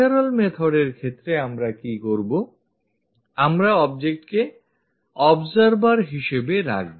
natural method এর ক্ষেত্রে আমরা কি করবো আমরা objectকে observer হিসেবে রাখব